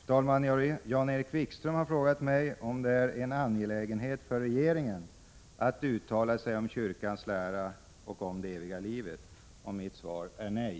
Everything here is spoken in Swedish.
Fru talman! Jan-Erik Wikström har frågat mig om det är en angelägenhet för regeringen att uttala sig om kyrkans lära om det eviga livet. Mitt svar är: Nej.